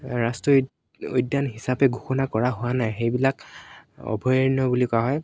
ৰাষ্ট্ৰীয় উই উদ্যান হিচাপে ঘোষণা কৰা হোৱা নাই সেইবিলাক অভয়াৰণ্য বুলি কোৱা হয়